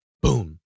boom